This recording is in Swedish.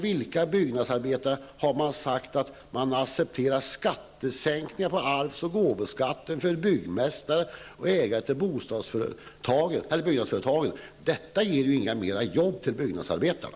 Vilka byggnadsarbetare har då sagt att de accepterar skattesänkningen på arvs och gåvoskatten för byggmästarna och ägaren till byggnadsföretagen? Det ger inte flera jobb för byggnadsarbetarna.